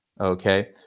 okay